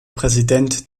präsident